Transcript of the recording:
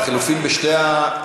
ההסתייגות (14)